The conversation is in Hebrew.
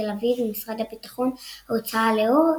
תל אביב משרד הביטחון – ההוצאה לאור,